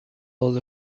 all